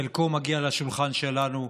חלקו מגיע לשולחן שלנו,